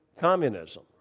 communism